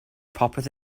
popeth